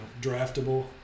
draftable